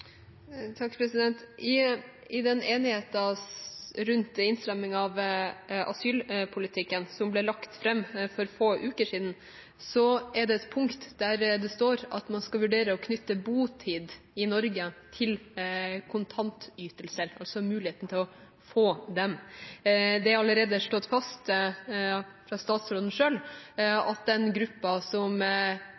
I den enigheten rundt innstrammingen av asylpolitikken som ble lagt fram for få uker siden, er det et punkt der det står at man skal vurdere å knytte botid i Norge til kontantytelser, altså muligheten til å få det. Det er allerede slått fast av statsråden selv at den gruppen som